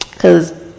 Cause